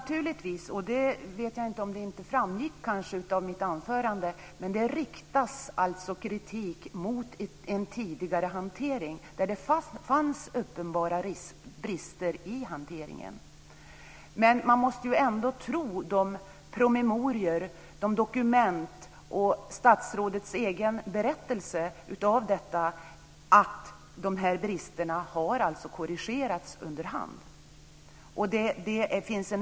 Herr talman! Det riktas kritik mot en tidigare hantering där det fanns uppenbara brister. Jag vet inte om det inte framgick av mitt anförande. Men man måste ändå tro på promemorior, dokument och statsrådets egen berättelse om att bristerna har korrigerats efter hand.